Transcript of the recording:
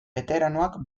beteranoak